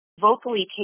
vocally